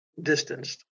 distanced